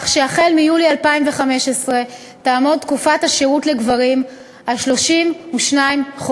כך שהחל מיולי 2015 תעמוד תקופת השירות לגברים על 32 חודשים.